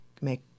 make